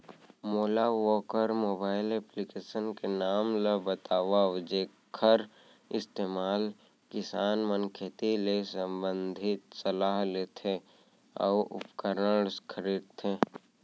मोला वोकर mobile application के नाम ल बतावव जेखर इस्तेमाल किसान मन खेती ले संबंधित सलाह लेथे अऊ उपकरण खरीदथे?